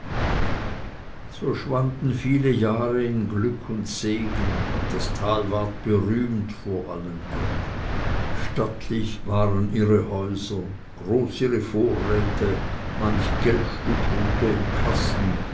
so schwanden viele jahre in glück und segen und das tal ward berühmt vor allen andern stattlich waren ihre häuser groß ihre vorräte manch geldstück ruhte im kasten